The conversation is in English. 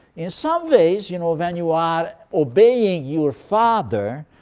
in some ways, you know, when you are obeying your father,